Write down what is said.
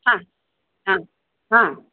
हां हां हां